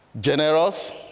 Generous